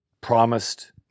promised